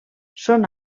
són